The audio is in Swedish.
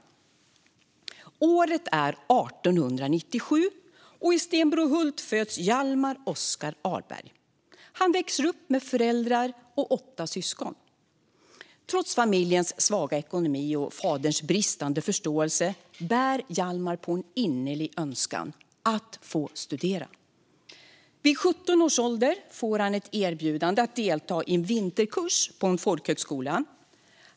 Året är 1897, och i Stenbrohult föds Hjalmar Oskar Ahlberg. Han växer upp med föräldrar och åtta syskon. Trots familjens svaga ekonomi och faderns bristande förståelse bär Hjalmar på en innerlig önskan, nämligen att få studera. Vid 17 års ålder får Hjalmar ett erbjudande att delta i en vinterkurs på en folkhögskola.